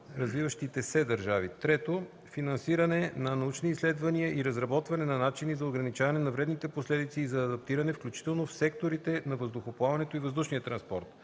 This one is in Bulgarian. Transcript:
развиващите се държави; 3. финансиране на научни изследвания и разработване на начини за ограничаване на вредните последици и за адаптиране, включително в секторите на въздухоплаването и въздушния транспорт;